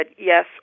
yes